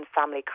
Family